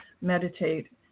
meditate